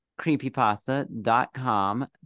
creepypasta.com